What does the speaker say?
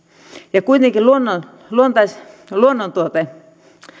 ja kuitenkin luonnon luontais luonnontuote